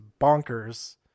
bonkers